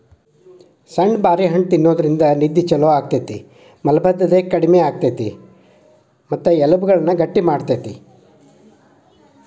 ಸಣ್ಣು ಬಾರಿ ಹಣ್ಣ ತಿನ್ನೋದ್ರಿಂದ ನಿದ್ದೆ ಚೊಲೋ ಆಗ್ತೇತಿ, ಮಲಭದ್ದತೆ ಕಡಿಮಿ ಮಾಡ್ತೆತಿ, ಎಲಬುಗಳನ್ನ ಗಟ್ಟಿ ಮಾಡ್ತೆತಿ